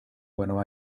buenos